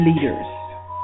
Leaders